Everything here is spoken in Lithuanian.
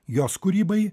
jos kūrybai